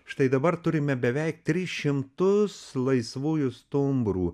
štai dabar turime beveik tris šimtus laisvųjų stumbrų